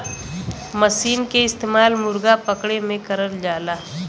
मसीन के इस्तेमाल मुरगा पकड़े में करल जाला